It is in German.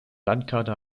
landkarte